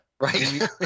right